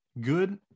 Good